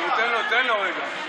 תן לו רגע.